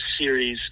series